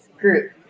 group